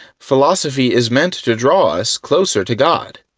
philosophy is meant to draw us closer to god.